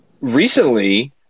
recently